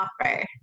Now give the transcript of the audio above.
offer